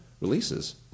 releases